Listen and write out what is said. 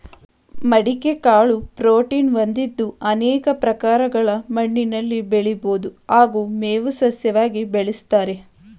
ಮಡಿಕೆ ಕಾಳು ಪ್ರೋಟೀನ್ ಹೊಂದಿದ್ದು ಅನೇಕ ಪ್ರಕಾರಗಳ ಮಣ್ಣಿನಲ್ಲಿ ಬೆಳಿಬೋದು ಹಾಗೂ ಮೇವು ಸಸ್ಯವಾಗಿ ಬೆಳೆಸ್ತಾರೆ